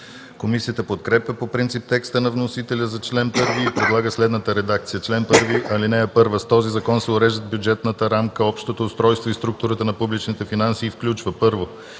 Комисията подкрепя по принцип текста на вносителя за чл. 1 и предлага следната редакция: „Чл. 1. (1) С този закон се уреждат бюджетната рамка, общото устройство и структурата на публичните финанси и включва: 1.